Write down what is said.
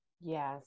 Yes